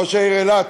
ראש העיר אילת,